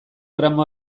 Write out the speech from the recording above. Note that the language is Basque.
gramo